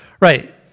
Right